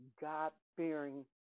God-fearing